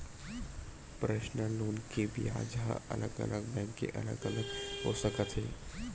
personal loan के बियाज ह अलग अलग बैंक के अलग अलग हो सकत हे